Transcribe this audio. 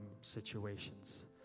situations